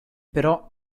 però